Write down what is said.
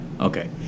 Okay